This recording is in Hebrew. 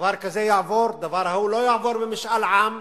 דבר כזה יעבור, הדבר ההוא לא יעבור במשאל עם.